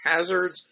hazards